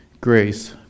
Grace